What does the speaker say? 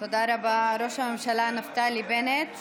תודה רבה, ראש הממשלה נפתלי בנט.